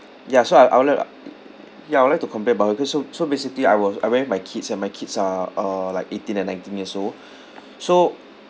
ya so I I would like ya I would like to complain about her cause so so basically I was I went with my kids and my kids are uh like eighteen and nineteen years old so